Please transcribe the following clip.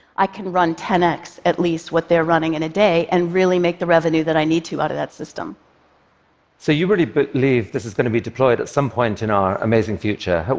i can run ten x at least what they're running in a day, and really make the revenue that i need to out of that system. ca so you really believe this is going to be deployed at some point in our amazing future. but